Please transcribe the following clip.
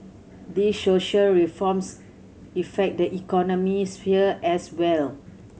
they social reforms effect the economic sphere as well